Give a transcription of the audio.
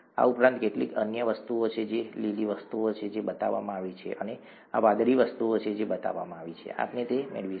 આ ઉપરાંત કેટલીક અન્ય વસ્તુઓ છે આ લીલી વસ્તુઓ છે જે બતાવવામાં આવી છે અને આ વાદળી વસ્તુઓ છે જે બતાવવામાં આવી છે આપણે તે મેળવીશું